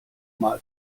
mal